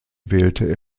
wählte